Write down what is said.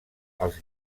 als